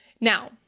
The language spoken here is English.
Now